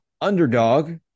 Underdog